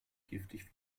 giftig